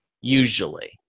usually